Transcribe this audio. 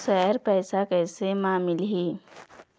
Share पैसा कैसे म मिलही?